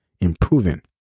improving